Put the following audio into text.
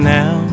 now